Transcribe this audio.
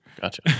Gotcha